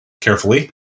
carefully